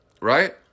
right